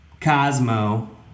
cosmo